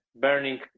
burning